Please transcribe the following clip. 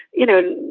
you know.